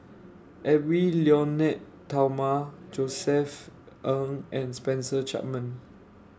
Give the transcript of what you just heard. Edwy Lyonet Talma Josef Ng and Spencer Chapman